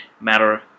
matter